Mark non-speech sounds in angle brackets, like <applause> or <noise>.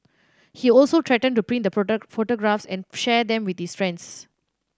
he also threatened to print the <unintelligible> photographs and share them with his friends